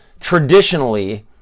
Traditionally